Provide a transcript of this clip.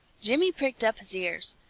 jimmy pricked up his ears.